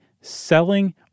selling